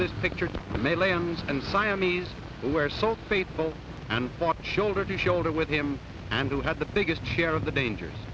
this picture and siamese where so faithful and shoulder to shoulder with him and who had the biggest share of the dangers